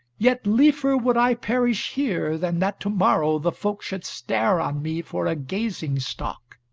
yet liefer would i perish here than that to-morrow the folk should stare on me for a gazing-stock.